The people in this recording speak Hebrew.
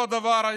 אותו דבר,